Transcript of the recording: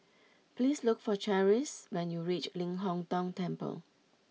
please look for Charisse when you reach Ling Hong Tong Temple